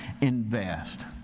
invest